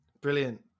brilliant